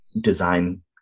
design